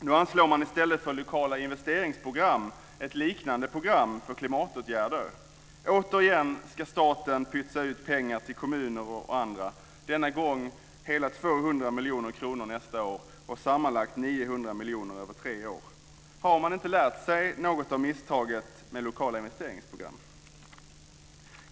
Nu anslår man i stället för lokala investeringsprogram ett liknande program för klimatåtgärder. Återigen ska staten pytsa ut pengar till kommuner och andra, denna gång hela 200 miljoner kronor nästa år och sammanlagt 900 miljoner över tre år. Har man inte lärt sig något från misstaget med lokala investeringsprogram?